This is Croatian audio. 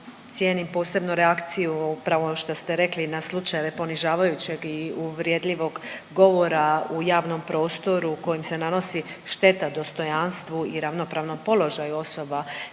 cijenim posebno reakciju upravo ono što ste rekli na slučajeve ponižavajućeg i uvredljivog govora u javnom prostoru kojim se nanosi šteta dostojanstvu i ravnopravnom položaju osoba